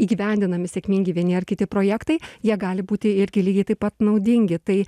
įgyvendinami sėkmingi vieni ar kiti projektai jie gali būti irgi lygiai taip pat naudingi tai